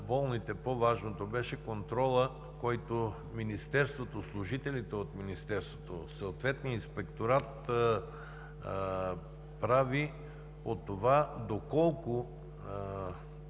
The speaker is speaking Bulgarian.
болните по-важното беше контролът, който Министерството, служителите от Министерството, съответният Инспекторат прави, от това доколко